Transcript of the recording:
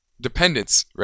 dependence